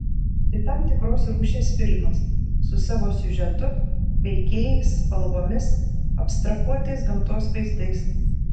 tai tam tikros rūšies filmas su savo siužetu veikėjais spalvomis abstrahuotais gamtos vaizdais